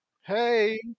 Hey